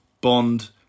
bond